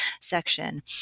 section